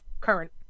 current